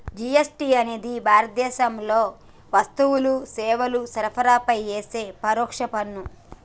GST అనేది భారతదేశంలో వస్తువులు, సేవల సరఫరాపై యేసే పరోక్ష పన్ను